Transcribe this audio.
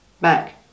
back